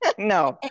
no